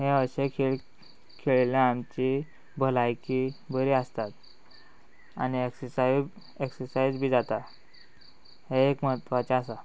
हे अशे खेळ खेळिल्ल्यान आमची भलायकी बरी आसतात आनी एक्सरसाय एक्सरसायज बी जाता हे एक म्हत्वाचें आसा